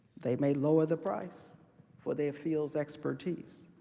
they may lower the price for their field's expertise.